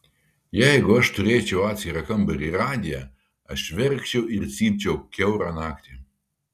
jeigu aš turėčiau atskirą kambarį ir radiją aš verkčiau ir cypčiau kiaurą naktį